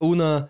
Una